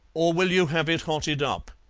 or will you have it hotted up?